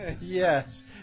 Yes